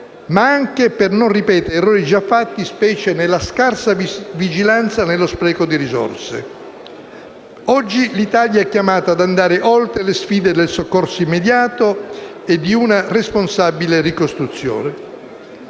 ma anche per non ripetere errori già fatti, specie nella scarsa vigilanza e nello spreco di risorse. Oggi l'Italia è chiamata ad andare oltre le sfide del soccorso immediato e di una responsabile ricostruzione.